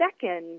second